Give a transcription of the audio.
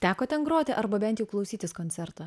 teko ten groti arba bent jau klausytis koncerto